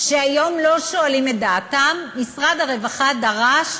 שהיום לא שואלים את דעתם, משרד הרווחה דרש,